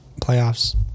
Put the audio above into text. playoffs